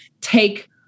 take